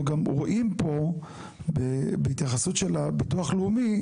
אנחנו גם רואים פה בהתייחסות של הביטוח הלאומי